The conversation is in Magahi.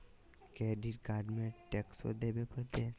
क्रेडिट कार्ड में टेक्सो देवे परते?